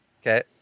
Okay